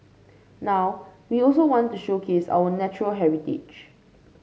now we also want to showcase our natural heritage